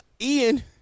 Ian